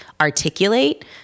articulate